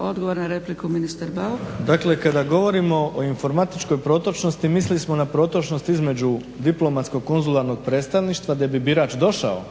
**Zgrebec, Dragica (SDP)** Odgovor na repliku ministar Bauk. **Bauk, Arsen (SDP)** Dakle kada govorimo o informatičkoj protočnosti mislili smo na protočnost između diplomatskog konzularnog predstavništva gdje bi birač došao